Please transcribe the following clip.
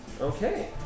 Okay